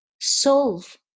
solve